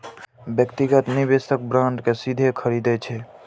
व्यक्तिगत निवेशक बांड कें सीधे खरीदै छै